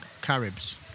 Caribs